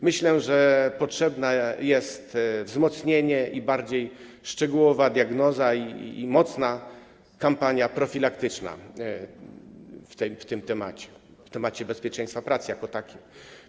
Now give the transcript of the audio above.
Myślę, że potrzebne jest wzmocnienie, bardziej szczegółowa diagnoza i mocna kampania profilaktyczna w tym temacie, w temacie bezpieczeństwa pracy jako takiego.